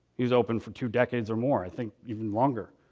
he was open for two decades or more i think even longer.